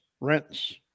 rinse